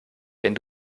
wenn